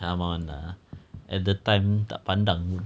come on lah at that time tak pandang pun